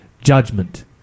judgment